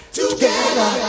together